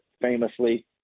famously